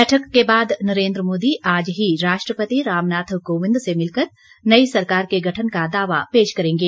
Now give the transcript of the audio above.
बैठक के बाद नरेन्द्र मोदी आज ही राष्ट्रपति रामनाथ कोविंद से मिलकर नई सरकार के गठन का दावा पेश करेंगे